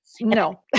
No